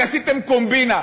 רק עשיתם קומבינה,